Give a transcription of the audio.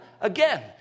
again